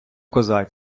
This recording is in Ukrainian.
коза